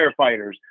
firefighters